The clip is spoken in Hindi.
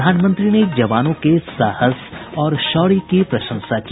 प्रधानमंत्री ने जवानों के साहस और शौर्य की प्रशंसा की